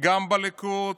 גם בליכוד